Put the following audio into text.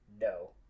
No